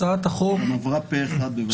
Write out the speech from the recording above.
הצעת החוק --- גם עברה פה אחד בוועדת השרים.